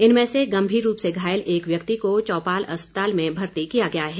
इनमें से गम्भीर रूप से घायल एक व्यक्ति को चौपाल अस्पताल में भर्ती किया गया है